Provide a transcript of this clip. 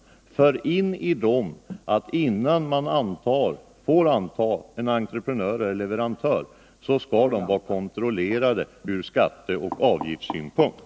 Inför ett tillägg att innan man får anta en entreprenör eller leverantör skall dessa vara kontrollerade från skatteoch avgiftssynpunkt.